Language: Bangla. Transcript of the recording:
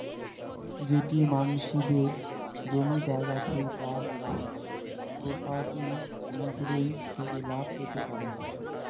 যেই মানসিদের জমি জায়গা থুই তারা প্রপার্টি ইন্সুরেন্স থেকে লাভ পেতে পারাং